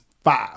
five